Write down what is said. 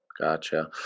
Gotcha